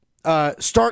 Start